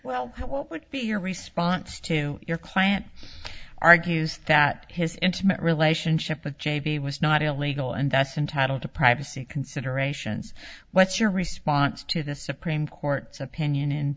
well what would be your response to your client argues that his intimate relationship with j p was not illegal and that's entitled to privacy considerations what's your response to the supreme court opinion